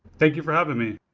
thank you for having me.